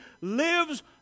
lives